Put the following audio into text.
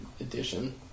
edition